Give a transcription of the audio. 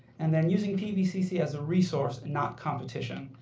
and then using pvcc as a resource and not competition.